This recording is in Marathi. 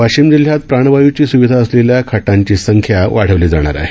वाशीम जिल्ह्यात प्राणवायूची स्विधा असलेल्या खाटांची संख्या वाढवली जाणार आहेत